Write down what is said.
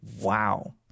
Wow